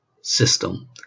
system